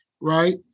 right